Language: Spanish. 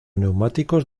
neumáticos